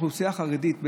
לאוכלוסייה החרדית,